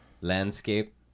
landscape